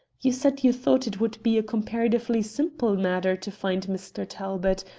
you said you thought it would be a comparatively simple matter to find mr. talbot,